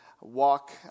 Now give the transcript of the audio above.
walk